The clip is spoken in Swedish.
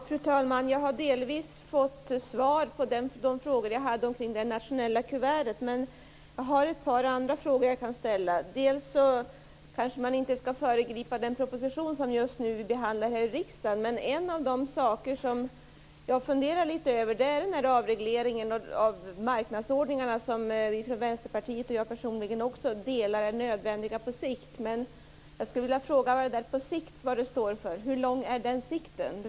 Fru talman! Jag har delvis fått svar på de frågor jag hade tänkt ställa om det nationella kuvertet, men jag har ett par andra frågor jag kan ställa. Man kanske inte skall föregripa den proposition som vi just nu behandlar här i riksdagen, men en av de saker jag funderar litet över är avregleringen av marknadsordningarna. Vänsterpartiet och jag personligen håller med om att de är nödvändiga på sikt, men jag skulle vilja fråga vad "på sikt" står för. Hur lång är den sikten?